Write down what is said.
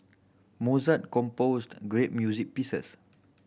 Mozart composed great music pieces